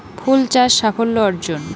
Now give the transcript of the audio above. ফুল চাষ সাফল্য অর্জন?